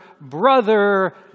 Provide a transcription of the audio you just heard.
Brother